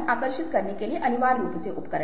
साथ साझा करने के एक अलग तरीके से होता है आप एक अनाम समुदायों के साथ साझा करते हैं